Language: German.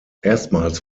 erstmals